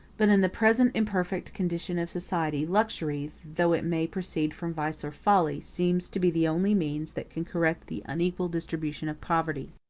but in the present imperfect condition of society, luxury, though it may proceed from vice or folly, seems to be the only means that can correct the unequal distribution of property.